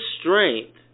strength